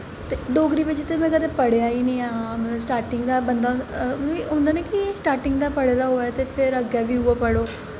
डोगरी बिच्च ते में कदैं पढ़ेआ गै नेईं हा स्टार्टिंग दा बंदा होंदा निं कि स्टार्टिंग दा पढ़े दे होऐ ते फिर अग्गें बी उऐ पढ़ो